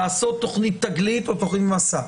לעשות תכנית "תגלית" או תכנית "מסע",